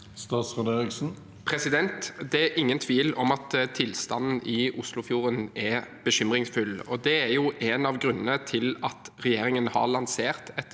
Bjelland Eriksen Det er ingen tvil om at tilstanden i Oslofjorden er bekymringsfull. Det er en av grunnene til at regjeringen har lansert et